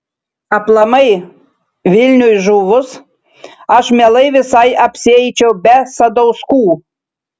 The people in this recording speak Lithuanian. aplamai vilniui žuvus aš mielai visai apsieičiau be sadauskų